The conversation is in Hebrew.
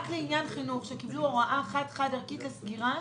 שקיבלו הוראה חד-חד ערכית לסגירה.